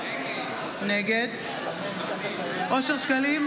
נגד אושר שקלים,